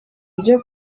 byo